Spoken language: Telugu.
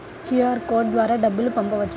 క్యూ.అర్ కోడ్ ద్వారా డబ్బులు పంపవచ్చా?